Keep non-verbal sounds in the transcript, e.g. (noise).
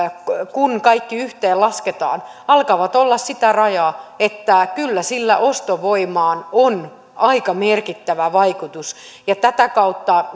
kun kaikki yhteen lasketaan alkavat olla sillä rajalla että kyllä sillä ostovoimaan on aika merkittävä vaikutus tätä kautta (unintelligible)